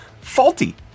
faulty